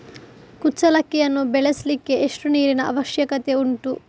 ಕುಚ್ಚಲಕ್ಕಿಯನ್ನು ಬೆಳೆಸಲಿಕ್ಕೆ ಎಷ್ಟು ನೀರಿನ ಅವಶ್ಯಕತೆ ಉಂಟು?